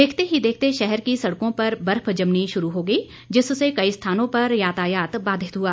देखते ही देखते शहर की सड़कों पर बर्फ जमनी शुरू हो गई जिससे कई स्थानों पर यातायात बाधित हुआ